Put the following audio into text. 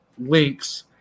links